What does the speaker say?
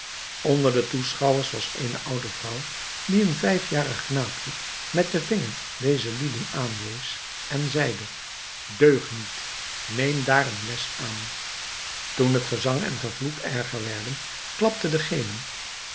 onder de toeschouwers was eene oude vrouw die een vijfjarig knaapje met den vinger deze lieden aanwees en zeide deugniet neem daar een les aan toen het gezang en gevloek erger werden klapte degene